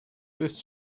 this